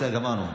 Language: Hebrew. בסדר, גמרנו.